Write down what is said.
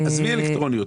עזבי אלקטרוניות.